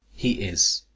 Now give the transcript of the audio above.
he is.